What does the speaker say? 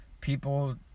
people